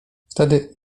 wtedy